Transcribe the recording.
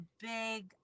big